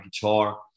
guitar